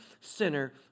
sinner